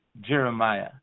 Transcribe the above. Jeremiah